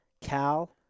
Cal –